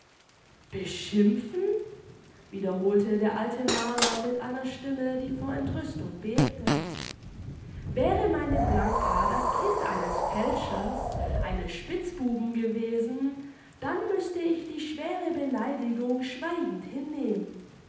beschimpfen wiederholte der alte maler mit einer stimme die vor entrüstung bebte wäre meine blanka das kind eines fälschers eines spitzbuben gewesen dann müßte ich die schwere beleidigung schweigend hinnehmen